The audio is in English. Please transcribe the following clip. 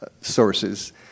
sources